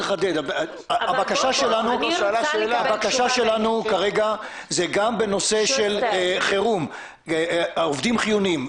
הבקשה שלנו כרגע זה גם בנושא חרום - עובדים חיוניים,